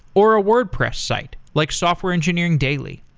or a wordpress site, like software engineering daily.